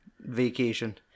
vacation